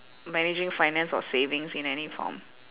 managing finance or savings in any form